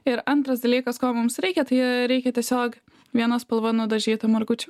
ir antras dalykas ko mums reikia tai a reikia tiesiog viena spalva nudažyto margučio